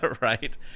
right